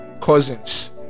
Cousins